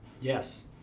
yes